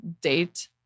date